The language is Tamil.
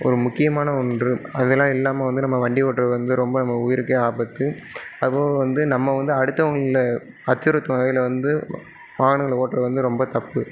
ஒரு முக்கியமான ஒன்று அதலாம் இல்லாமல் வந்து நம்ம வண்டி ஓட்டுறது வந்து ரொம்ப நம்ம உயிருக்கே ஆபத்து அதுபோக வந்து நம்ம வந்து அடுத்தவங்கள அச்சுறுத்தும் வகையில் வந்து வாகனங்களை ஓட்டுறது வந்து ரொம்ப தப்பு